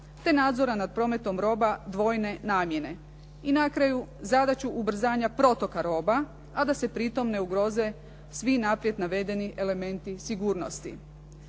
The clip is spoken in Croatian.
te nadzora nad prometom roba dvojne namjene. I na kraju zadaću ubrzanja protoka roba, a da se pri tome ne ugroze svi naprijed navedeni elementi sigurnosti.